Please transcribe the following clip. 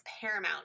paramount